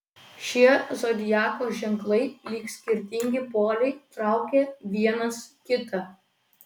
šie zodiako ženklai lyg skirtingi poliai traukia vienas kitą